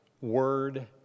Word